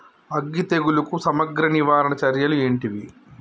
అగ్గి తెగులుకు సమగ్ర నివారణ చర్యలు ఏంటివి?